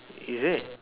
is it